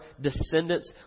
descendants